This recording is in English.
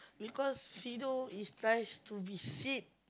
because Fiido is nice to be sit